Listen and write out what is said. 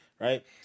right